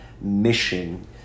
mission